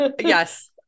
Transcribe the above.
Yes